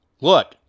Look